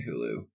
Hulu